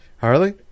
Harley